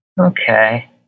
Okay